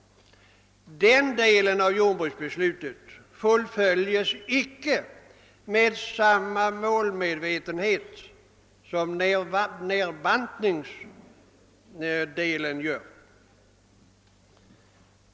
Denna del av jordbruksbeslutet fullföljs inte med samma målmedvetenhet som nedbantningsdelen.